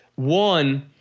One